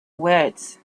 words